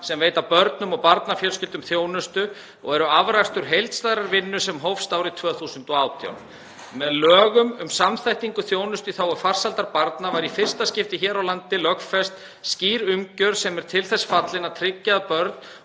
sem veita börnum og barnafjölskyldum þjónustu og eru afrakstur heildstæðrar vinnu sem hófst árið 2018. Með lögum um samþættingu þjónustu í þágu farsældar barna var í fyrsta skipti hér á landi lögfest skýr umgjörð sem er til þess fallin að tryggja að börn